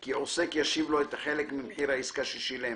כי עוסק ישיב לו את החלק ממחיר העסקה ששילם,